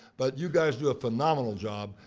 but you guys do a phenomenal job.